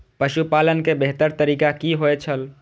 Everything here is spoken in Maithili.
पशुपालन के बेहतर तरीका की होय छल?